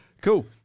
Cool